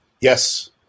Yes